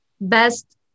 Best